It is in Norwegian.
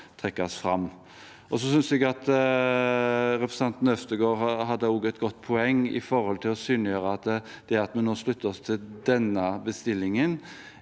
Jeg synes også representanten Øvstegård hadde et godt poeng om å synliggjøre at det at vi nå slutter oss til denne bestillingen,